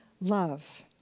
love